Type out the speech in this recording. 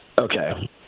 Okay